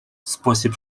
спосіб